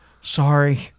sorry